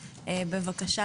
בבקשה.